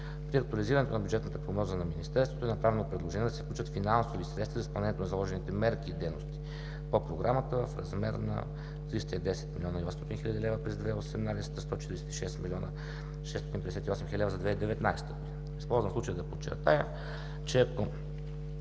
При актуализирането на бюджетната прогноза на Министерството е направено предложение да се включат финансови средства за изпълнението на заложените мерки и дейности по програмата в размер на 310 803 600 лв. за 2018 г. и 146 658 500 лв. за 2019 г. Използвам случая да подчертая, че ако